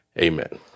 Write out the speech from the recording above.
Amen